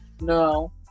No